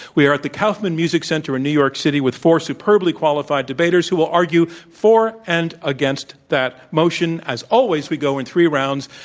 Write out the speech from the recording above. we are at the kaufman music center in new york city with four superbly qualified debaters who will argue for and against that motion. as always, we go in three rounds,